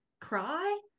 cry